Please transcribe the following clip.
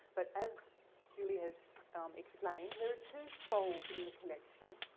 but as julie has explained, there are two scrolls in the collection.